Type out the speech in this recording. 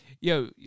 Yo